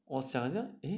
我想要 eh